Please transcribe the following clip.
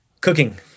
cooking